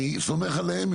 אני סומך עליהם.